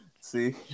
See